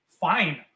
fine